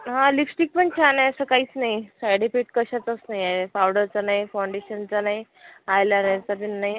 हां लिपस्टिक पण छान आहे असं काहीच नाही साईड इफेक्ट कशाचाच नाही आहे पावडरचा नाही फाँडेशनचा नाही आय लाइनरचा तर नाही